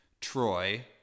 Troy